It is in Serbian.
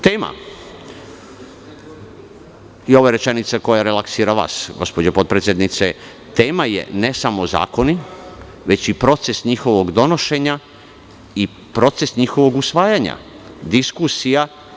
Tema je ova rečenica koja je relaksirala vas, gospođo potpredsednice, tema je ne samo zakoni već i proces njihovog donošenja i proces njihovog usvajanja, diskusija.